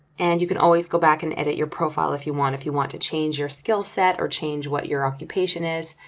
and you can always go back and edit your profile if you want. if you want to change your skill set or change what your occupation is,